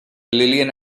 lillian